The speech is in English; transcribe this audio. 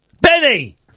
Benny